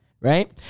right